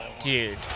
Dude